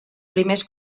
primers